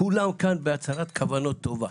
כולם כאן בהצהרת כוונות טובה.